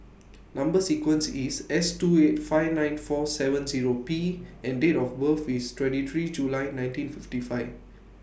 Number sequence IS S two eight five nine four seven Zero P and Date of birth IS twenty three July nineteen fifty five